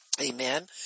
Amen